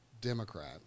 Democrat